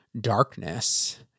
darkness